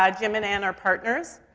ah jim and anne are partners.